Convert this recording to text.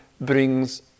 brings